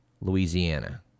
Louisiana